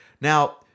Now